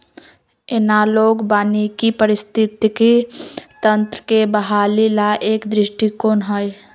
analogue वानिकी पारिस्थितिकी तंत्र के बहाली ला एक दृष्टिकोण हई